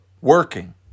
working